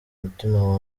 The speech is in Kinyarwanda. umutima